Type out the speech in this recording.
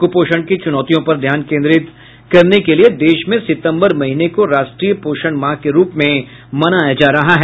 कुपोषण की चुनौतियों पर ध्यान केंद्रित करने के लिये देश में सितम्बर महीने को राष्ट्रीय पोषण माह के रूप में मनाया जा रहा है